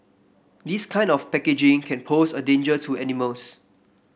this kind of packaging can pose a danger to animals